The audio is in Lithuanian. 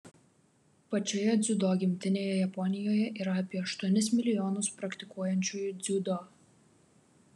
pačioje dziudo gimtinėje japonijoje yra apie aštuonis milijonus praktikuojančiųjų dziudo